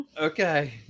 Okay